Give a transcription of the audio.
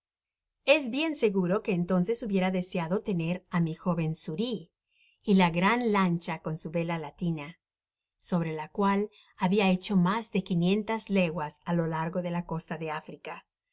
es bien seguro que entonces hubiera deseado tener á mi joven xuri y la gran lancha con su vela latina sobre la cual habia hecho mas de quinientas leguas á lo largo de la costa de áfrica